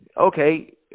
Okay